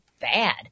bad